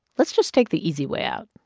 let's just take the easy way out.